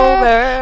Over